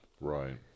Right